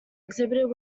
exhibited